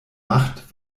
macht